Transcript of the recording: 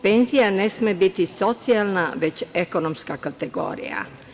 Penzija ne sme biti socijalna, već ekonomska kategorija.